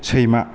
सैमा